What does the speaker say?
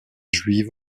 juive